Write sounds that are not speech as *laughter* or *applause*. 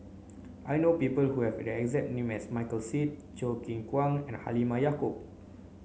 I know people who have the exact name *unintelligible* Michael Seet Choo Keng Kwang and Halimah Yacob